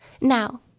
Now